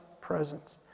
presence